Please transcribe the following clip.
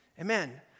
Amen